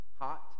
hot